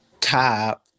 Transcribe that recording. top